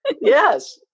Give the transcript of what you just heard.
Yes